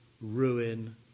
ruin